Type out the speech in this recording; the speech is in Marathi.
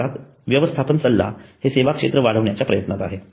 भारतात व्यवस्थापन सल्ला हे सेवा क्षेत्र वाढण्याच्या प्रयत्नात आहे